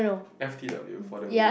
F_T_W for the win